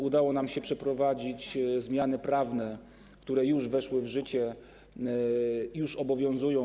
Udało nam się przeprowadzić zmiany prawne, które już weszły w życie, już obowiązują.